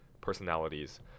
personalities